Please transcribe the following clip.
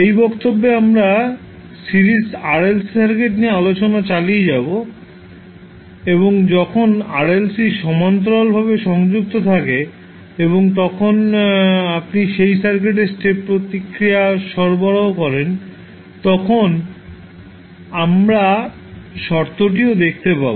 এই বক্তব্যে আমরা সিরিজ RLC সার্কিট নিয়ে আলোচনা চালিয়ে যাব এবং যখন RLC সমান্তরালভাবে সংযুক্ত থাকে এবং তখন আপনি সেই সার্কিটের স্টেপ প্রতিক্রিয়া সরবরাহ করেন তখন আমরা শর্তটিও দেখতে পাব